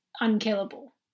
unkillable